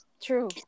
True